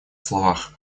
словах